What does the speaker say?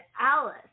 alice